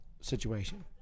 situation